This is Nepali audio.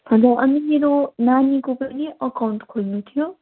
हजुर अनि मेरो नानीको पनि अकाउन्ट खोल्नु थियो